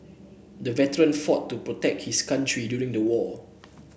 the veteran fought to protect his country during the war